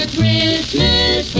Christmas